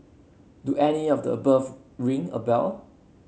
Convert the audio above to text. do any of the above ring a bell